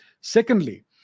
Secondly